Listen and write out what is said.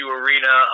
arena